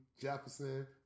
Jefferson